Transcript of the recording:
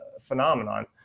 phenomenon